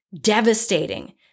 devastating